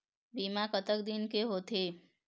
बीमा कतक दिन के होते?